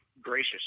gracious